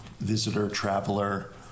visitor-traveler